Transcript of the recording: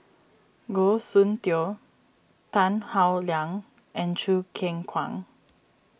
Goh Soon Tioe Tan Howe Liang and Choo Keng Kwang